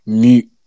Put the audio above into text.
mute